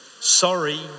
Sorry